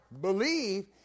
believe